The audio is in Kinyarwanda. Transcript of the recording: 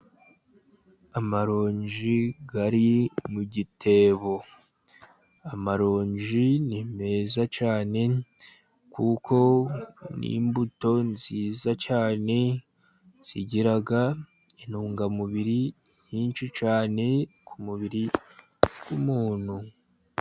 Aamaronji ari mu gitebo, amarongi ni meza cyane kuko ni imbuto nziza cyane. Zigira intungamubiri nyinshi cyane ku mubiri w'umuntu.